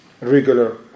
Regular